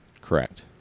Correct